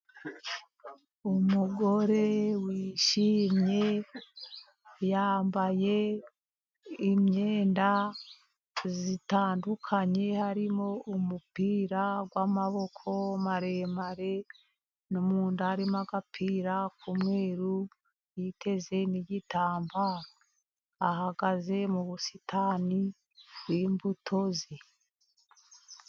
Umugore wishimye, yambaye imyenda itandukanye, harimo umupira w'amaboko maremare, no munda harimo agapira k'umweru, yiteze n'igitambaro. Ahagaze mu busitani bw'imbuto ze.